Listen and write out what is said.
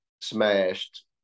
smashed